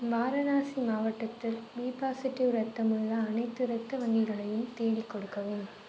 வாரணாசி மாவட்டத்தில் B positive இரத்தம் உள்ள அனைத்து இரத்த வங்கிகளையும் தேடிக் கொடுக்கவும்